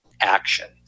action